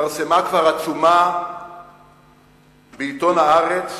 התפרסמה עצומה בעיתון "הארץ",